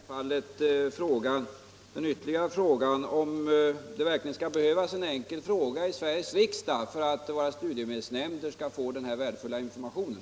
Herr talman! Bakom min fråga låg självfallet det ytterligare spörsmålet om det verkligen skall behövas en fråga i Sveriges riksdag för att våra studiemedelsnämnder och studentrepresentanterna skall få den här värdefulla informationen.